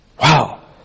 Wow